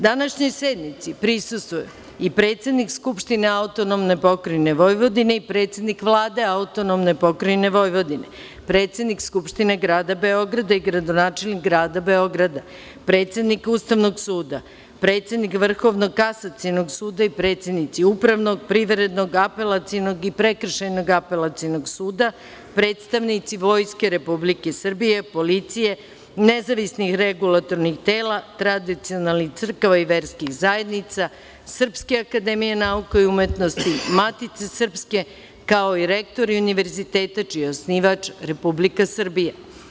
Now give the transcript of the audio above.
Današnjoj sednici prisustvuju i: predsednik Skupštine Autonomne pokrajine Vojvodine i predsednik Vlade Autonomne pokrajine Vojvodine, predsednik Skupštine grada Beograda i gradonačelnik grada Beograda, predsednik Ustavnog suda, predsednik Vrhovnog kasacionog suda i predsednici Upravnog, Privrednog, Apelacionog i Prekršajnog apelacionog suda, predstavnici Vojske Republike Srbije, policije, nezavisnih regulatornih tela, tradicionalnih crkava i verskih zajednica, Srpske akademije nauka i umetnosti, Matice srpske, kao i rektori univerziteta čiji je osnivač Republika Srbija.